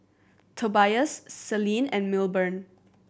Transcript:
Tobias Selene and Milburn